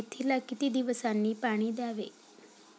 मेथीला किती दिवसांनी पाणी द्यावे?